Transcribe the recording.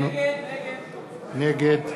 נגד